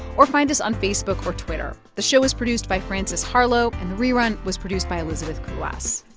or find us on facebook or twitter. the show was produced by frances harlow, and the rerun was produced by elizabeth kulas.